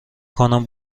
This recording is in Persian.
کنم